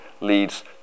leads